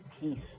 Peace